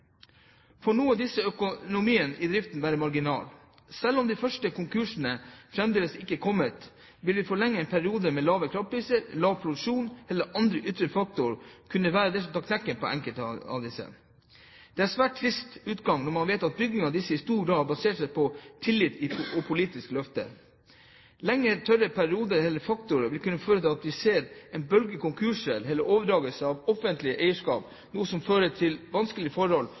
For noen av disse er økonomien i driften svært marginal. Selv om de første konkursene fremdeles ikke er kommet, vil en forlenget periode med lave kraftpriser, lav produksjon eller andre ytre faktorer kunne være det som tar knekken på enkelte av dem. Det er en svært trist utgang når man vet at bygging av disse i stor grad har basert seg på tillit til politiske løfter. Lengre tørre perioder eller andre faktorer vil kunne føre til at vi ser en bølge av konkurser eller overdragelser av disse til offentlig eierskap, noe som fører til vanskelige forhold